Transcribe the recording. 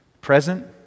present